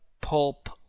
pulp